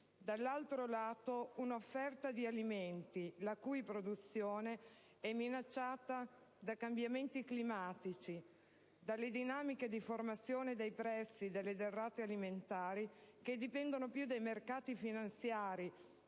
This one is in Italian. dall'altro lato, un'offerta di alimenti la cui produzione è minacciata dai cambiamenti climatici, dalle dinamiche di formazione dei prezzi delle derrate alimentari (che dipendono più dai mercati finanziari